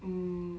mm